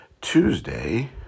Tuesday